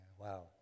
Wow